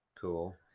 Cool